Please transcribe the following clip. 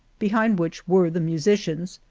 behind which were the musicians,